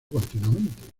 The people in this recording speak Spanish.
continuamente